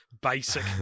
basic